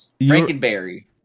Frankenberry